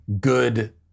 good